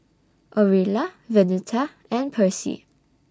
Orilla Venita and Percy